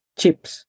chips